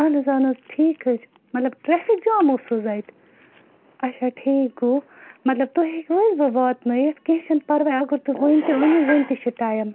اَہن حظ اَہن حظ ٹھیک حظ چھُ مَطلَب ٹریٚفِک جام اوس حظ اَتہِ اَچھا ٹھیک گوٚو مَطلَب تُہۍ ہیٚکوٕ حظ وۄنۍ واتنٲیِتھ کینٛہہ چھُنہٕ پَرواے اگر تُہۍ وٕنہِ تہِ أنِو وِنہِ تہِ چھُ ٹایم